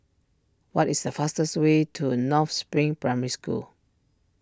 what is the fastest way to North Spring Primary School